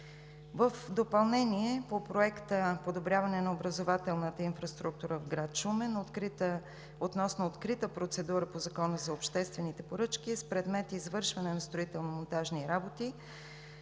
В допълнение по Проекта „Подобряване на образователната инфраструктура в град Шумен“ относно открита процедура по Закона за обществените поръчки с предмет „Извършване на строително-монтажни работи“,